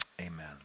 amen